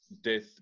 death